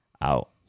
out